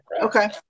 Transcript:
Okay